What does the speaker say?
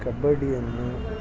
ಕಬಡ್ಡಿಯನ್ನು